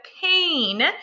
pain